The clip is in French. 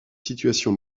situation